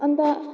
अन्त